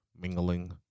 Mingling